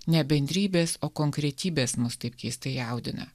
ne bendrybės o konkretybės mus taip keistai jaudina